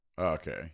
Okay